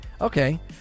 Okay